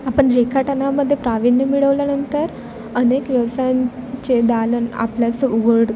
आपण रेखाटनामध्ये प्रावीण्य मिळवल्यानंतर अनेक व्यवसायांचे दालन आपल्यास उघड